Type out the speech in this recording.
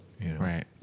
right